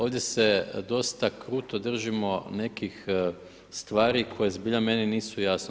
Ovdje se dosta kruto držimo nekih stvari koje zbilja meni nisu jasne.